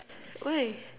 why